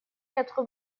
quatre